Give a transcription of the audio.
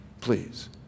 please